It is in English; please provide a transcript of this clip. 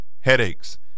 headaches